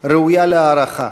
ראויה להערכה,